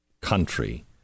country